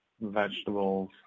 vegetables